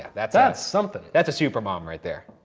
that's that's something. that's a super mom right there.